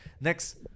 Next